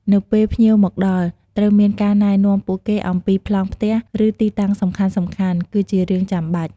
នៅពេលភ្ញៀវមកដល់ ត្រូវមានការណែនាំពួកគេអំពីប្លង់ផ្ទះ ឬទីតាំងសំខាន់ៗ គឺជារឿងចាំបាច់។